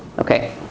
Okay